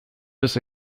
this